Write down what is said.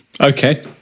okay